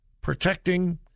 protecting